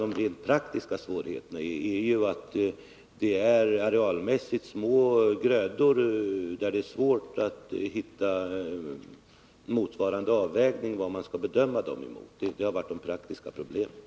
De rent praktiska svårigheterna beror på att grödorna arealmässigt sett är så små att det är svårt att hitta någon motsvarande gröda att bedöma dem emot vid en avvägning. Det har varit det praktiska problemet.